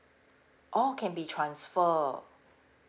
oh can be transfer